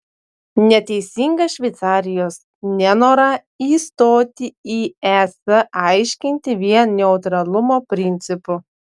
neteisinga šveicarijos nenorą įstoti į es aiškinti vien neutralumo principu